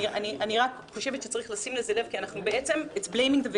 אני רק חושבת שצריך לשים לזה לב כי אנחנו בעצם מאשימים את הקורבנות.